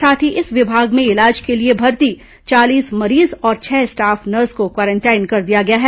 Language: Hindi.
साथ ही इस विभाग में इलाज के लिए भर्ती चालीस मरीज और छह स्टाफ नर्स को क्वारेंटाइन कर दिया गया है